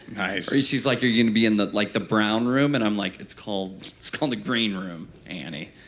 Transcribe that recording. nice or she's like, are you going to be in the like the brown room? and i'm like, it's called it's called the green room, annie.